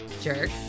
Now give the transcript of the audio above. Jerk